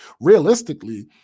Realistically